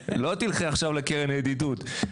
לא תלכי עכשיו לקרן הידידות.